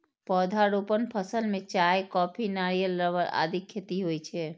पौधारोपण फसल मे चाय, कॉफी, नारियल, रबड़ आदिक खेती होइ छै